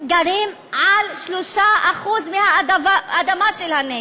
גרים על 3% מהאדמה של הנגב.